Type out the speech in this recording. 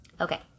Okay